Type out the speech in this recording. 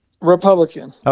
Republican